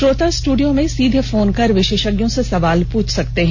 श्रोता स्टूडियो में सीधे फोन कर विशेषज्ञों से सवाल पूछ सकते हैं